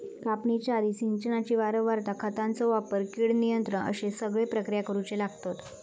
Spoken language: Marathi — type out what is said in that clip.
कापणीच्या आधी, सिंचनाची वारंवारता, खतांचो वापर, कीड नियंत्रण अश्ये सगळे प्रक्रिया करुचे लागतत